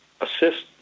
assist